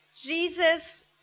Jesus